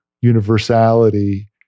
universality